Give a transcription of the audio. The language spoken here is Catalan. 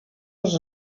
els